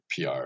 PR